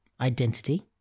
identity